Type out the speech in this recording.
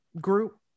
group